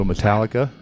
Metallica